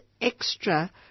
extra